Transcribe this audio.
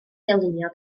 dylunio